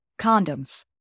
condoms